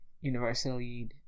universally